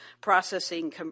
processing